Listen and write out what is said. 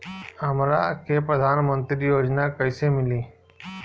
हमरा के प्रधानमंत्री योजना कईसे मिली?